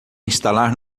instalar